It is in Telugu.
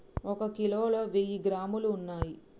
ఒక కిలోలో వెయ్యి గ్రాములు ఉన్నయ్